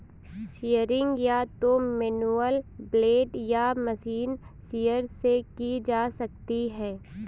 shearing या तो manual blade या मशीन शीयर से की जा सकती है